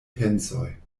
pensoj